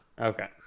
Okay